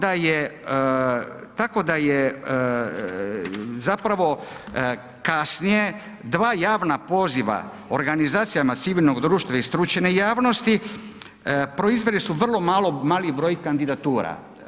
Tako da je, tako da je zapravo kasnije 2 javna poziva organizacijama civilnog društva i stručne javnosti, proizveli su vrlo mali broj kandidatura.